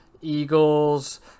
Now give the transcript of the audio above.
Eagles